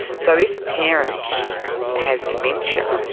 so if a parent has dementia,